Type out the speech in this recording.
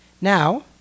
Now